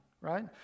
right